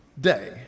day